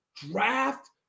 Draft